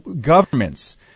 governments